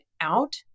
out